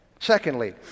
Secondly